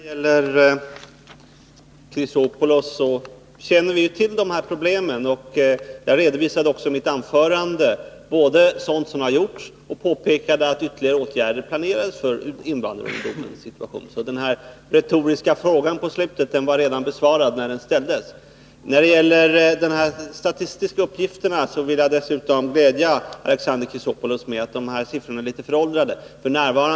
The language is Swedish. Herr talman! Först till Alexander Chrisopoulos. Vi känner till de här problemen. Jag redovisade också i mitt anförande sådant som har gjorts och påpekade att ytterligare åtgärder kan vidtas för att förbättra invandrarungdomens situation. Den retoriska frågan i slutet av Alexander Chrisopoulos anförande var alltså besvarad innan den ställdes. När det gäller de statistiska uppgifterna vill jag påpeka att de siffror som Alexander Chrisopoulos nämnde är föråldrade.